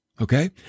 okay